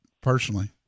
personally